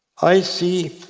i see